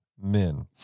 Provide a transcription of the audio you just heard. men